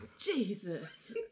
Jesus